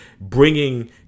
bringing